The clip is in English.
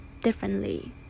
differently